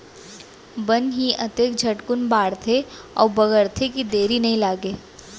बन ही अतके झटकुन बाढ़थे अउ बगरथे कि देरी नइ लागय